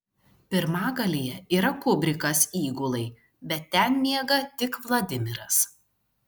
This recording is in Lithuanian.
pirmagalyje yra kubrikas įgulai bet ten miega tik vladimiras